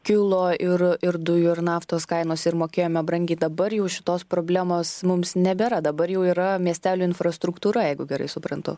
kilo ir ir dujų ir naftos kaino ir mokėjome brangia dabar jau šitos problemos mums nebėra dabar jau yra miestelių infrastruktūra jeigu gerai suprantu